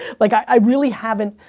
like i really haven't,